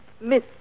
Miss